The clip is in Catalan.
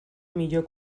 millor